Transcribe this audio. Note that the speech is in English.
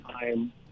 time